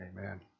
Amen